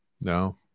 no